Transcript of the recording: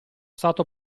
stato